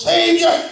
Savior